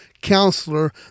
Counselor